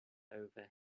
over